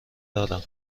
دارم